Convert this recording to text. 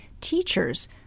teachers –